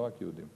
לא רק יהודי.